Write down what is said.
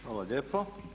Hvala lijepo.